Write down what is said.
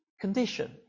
condition